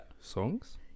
songs